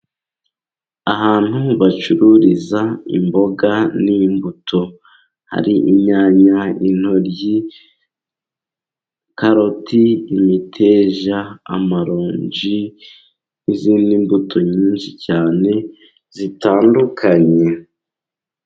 Ahantu bacururiza imboga n'imbuto. Hari inyanya, intoryi, karoti, imiteja, amaronji n'izindi mbuto nyinshi cyane zitandukanye.